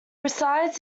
resides